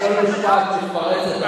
כשאת כל משפט מתפרצת,